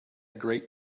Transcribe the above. great